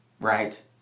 right